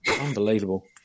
Unbelievable